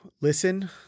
listen